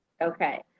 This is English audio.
Okay